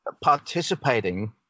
participating